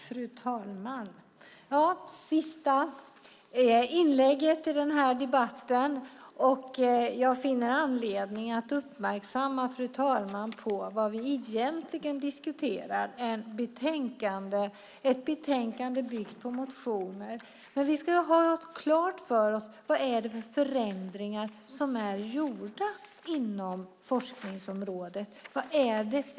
Fru talman! Det här är sista inlägget i den här debatten. Jag finner anledning att uppmärksamma fru talmannen på vad vi egentligen diskuterar. Det är ett betänkande byggt på motioner. Vi ska ha klart för oss vilka förändringar som är gjorda på forskningsområdet.